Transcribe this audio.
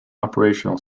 operational